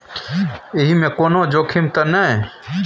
एहि मे कोनो जोखिम त नय?